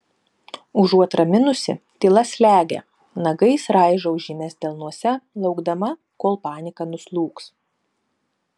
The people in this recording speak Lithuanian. užuot raminusi tyla slegia nagais raižau žymes delnuose laukdama kol panika nuslūgs